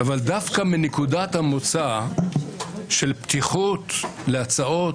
אבל דווקא מנקודת מוצא של פתיחות להצעות